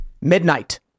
midnight